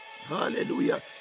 Hallelujah